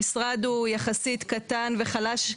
המשרד הוא יחסית קטן וחלש,